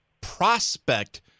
prospect